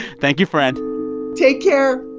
thank you, friend take care